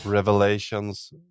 Revelations